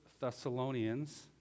Thessalonians